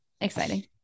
Exciting